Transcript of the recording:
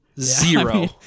Zero